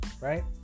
Right